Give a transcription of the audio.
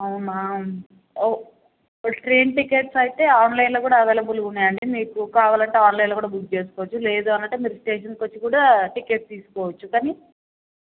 అవునా train tickets అయితే ఆన్లైన్లో కూడా అవైలబుల్గా ఉన్నాయండి మీకు కావాలంటే ఆన్లైన్లో కూడా బుక్ చేసుకోవచ్చు లేదు అనంటే మీరు స్టేషన్కు వచ్చి కూడా టికెట్స్ తీసుకోవచ్చు కానీ